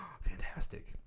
fantastic